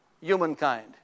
humankind